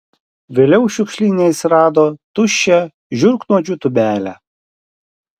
vėliau šiukšlyne jis rado tuščią žiurknuodžių tūbelę